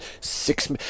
Six